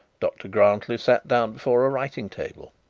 dr grantly sat down before a writing table,